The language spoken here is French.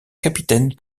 capitaine